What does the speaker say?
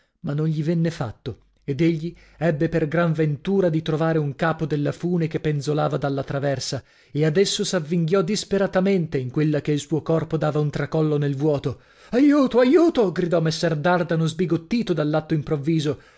ma non gli venne fatto ed egli ebbe per gran ventura di trovare un capo della fune che penzolava dalla traversa e ad esso s'avvinghiò disperatamente in quella che il suo corpo dava un tracollo nel vuoto aiuto aiuto gridò messer dardano sbigottito dall'atto improvviso